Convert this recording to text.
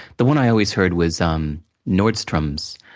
the one i always heard was um nordstrom's,